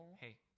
Hey